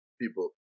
people